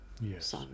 Yes